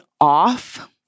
off